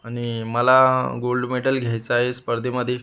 आणि मला gold medal घ्यायचं आहे स्पर्धेमध्ये